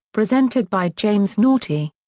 presented by james naughtie.